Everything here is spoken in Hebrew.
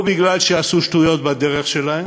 או בגלל שהם עשו שטויות בדרך שלהם,